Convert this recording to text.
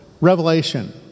revelation